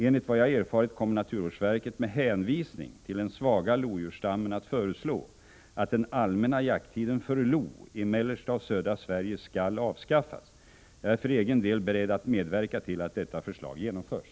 Enligt vad jag erfarit kommer naturvårdsverket med hänvisning till den svaga lodjursstammen att föreslå att den allmänna jakttiden för lo i mellersta och södra Sverige skall avskaffas. Jag är för egen del beredd att medverka till att detta förslag genomförs.